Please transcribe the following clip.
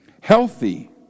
healthy